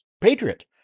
patriot